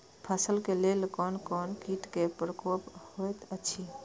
फसल के लेल कोन कोन किट के प्रकोप होयत अछि?